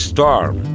Storm